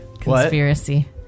Conspiracy